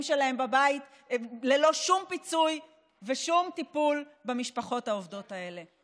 שלהם בבית ללא שום פיצוי ושום טיפול במשפחות העובדות האלה.